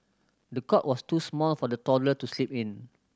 the cot was too small for the toddler to sleep in